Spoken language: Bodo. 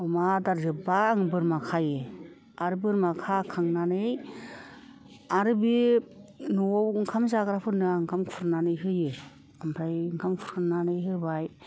अमा आदार जोबबा आं बोरमा खायो आरो बोरमा खाखांनानै आरो बे न'आव ओंखाम जाग्राफोरनो आं ओंखाम खुरनानै होयो ओमफ्राय ओंखाम खुरनानै होबाय